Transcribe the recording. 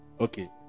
okay